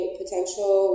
potential